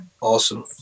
Awesome